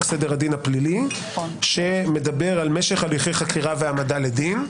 סדר הדין הפלילי שמדבר על משך הליכי חקירה והעמדה לדין.